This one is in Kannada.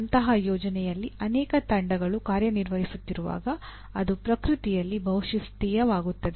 ಅಂತಹ ಯೋಜನೆಯಲ್ಲಿ ಅನೇಕ ತಂಡಗಳು ಕಾರ್ಯನಿರ್ವಹಿಸುತ್ತಿರುವಾಗ ಅದು ಪ್ರಕೃತಿಯಲ್ಲಿ ಬಹುಶಿಸ್ತೀಯವಾಗುತ್ತದೆ